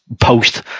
post